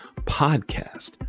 podcast